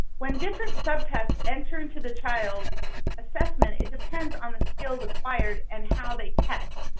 when different subtests enter into the child assessment, it depends on the skills acquired and how they test.